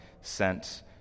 sent